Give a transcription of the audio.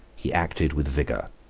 he acted with vigor.